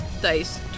dice